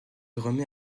remet